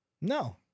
no